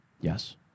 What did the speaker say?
Yes